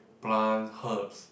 plant herbs